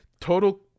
total